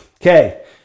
okay